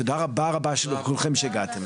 תודה רבה לכולכם שהגעתם.